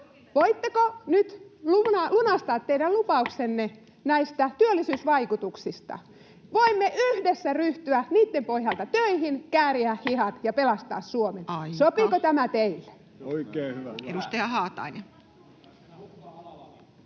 Voitteko nyt lunastaa teidän lupauksenne näistä työllisyysvaikutuksista? Voimme yhdessä ryhtyä niitten pohjalta töihin, kääriä hihat ja pelastaa Suomen. [Puhemies: